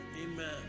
Amen